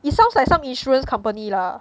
it sounds like some insurance company lah